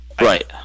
Right